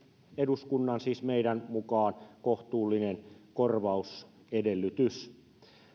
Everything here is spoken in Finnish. eduskunnan siis meidän mukaan kohtuullinen korvausedellytys